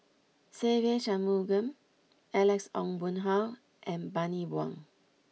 Se Ve Shanmugam Alex Ong Boon Hau and Bani Buang